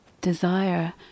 desire